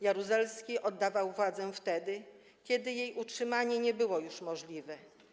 Jaruzelski oddawał władzę wtedy, kiedy jej utrzymanie nie było już możliwe.